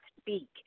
speak